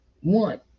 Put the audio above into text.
one